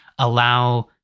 allow